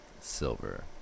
silver